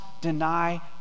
deny